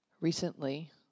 Recently